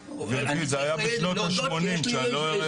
זה היה בשנות השמונים, לא בשנות השבעים.